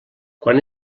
quan